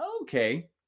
okay